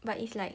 but it's like